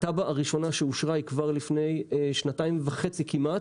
התב"ע הראשונה שאושרה היא כבר לפני שנתיים וחצי כמעט.